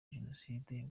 jenoside